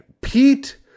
Pete